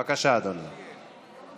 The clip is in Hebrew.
בבקשה, אדוני.